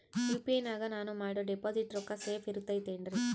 UPI ನಾಗ ನಾನು ಮಾಡೋ ಡಿಪಾಸಿಟ್ ರೊಕ್ಕ ಸೇಫ್ ಇರುತೈತೇನ್ರಿ?